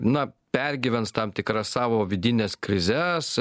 na pergyvens tam tikras savo vidines krizes